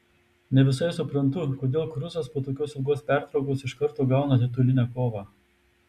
ne visai suprantu kodėl kruzas po tokios ilgos pertraukos iš karto gauna titulinę kovą